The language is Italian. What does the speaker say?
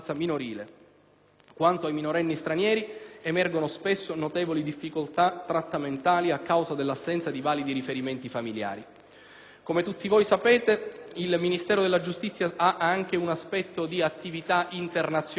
Quanto ai minorenni stranieri, emergono spesso notevoli difficoltà trattamentali a causa dell'assenza di validi riferimenti familiari. Come tutti voi sapete, il Ministero della giustizia ha anche un aspetto di attività internazionale